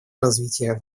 развития